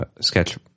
sketch